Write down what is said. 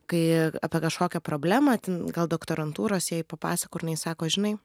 kai apie kažkokią problemą ten gal doktorantūros jai papasakojau jinai sako žinai